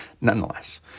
Nonetheless